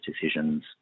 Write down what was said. decisions